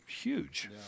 huge